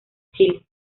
chile